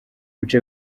bice